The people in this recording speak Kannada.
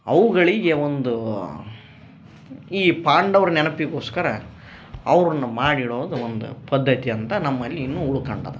ಅವುಗಳಿಗೆ ಒಂದು ಈ ಪಾಂಡವರ ನೆನಪಿಗೋಸ್ಕರ ಅವ್ರನ್ನ ಮಾಡಿಡೋದು ಒಂದು ಪದ್ಧತಿ ಅಂತ ನಮ್ಮಲ್ಲಿ ಇನ್ನು ಉಳ್ಕಂಡದ